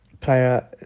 player